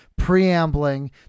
preambling